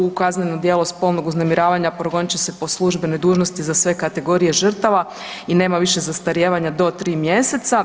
U kazneno djelo spolnog uznemiravanja progonit će se po službenoj dužnosti za sve kategorije žrtava i nema više zastarijevanja do tri mjeseca.